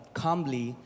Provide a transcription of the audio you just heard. calmly